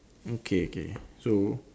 okay K so